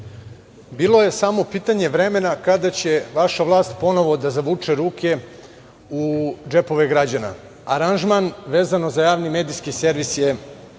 Bilo je samo pitanje vremena kada će vaša vlast ponovo da zavuče ruke u džepove građana. Aranžman vezano za javni medijski servis je